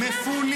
מפונים